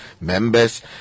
members